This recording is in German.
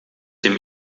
dem